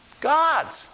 Gods